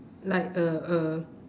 like uh uh